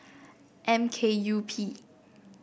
M K U P